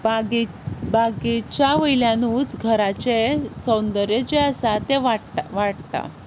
बागे बागेच्या वयल्यानूच घराचें सौंदर्य जें आसा तें वाडटा वाडटा